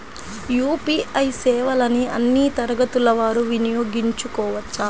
UPI సేవలని అన్నీ తరగతుల వారు వినయోగించుకోవచ్చా?